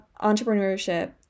entrepreneurship